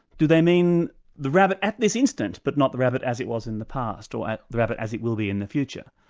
do they mean the rabbit at this instant, but not the rabbit as it was in the past, or the rabbit as it will be in the future?